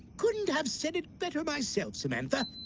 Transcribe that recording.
couldn't have said it better myself, samantha